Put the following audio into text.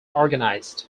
organized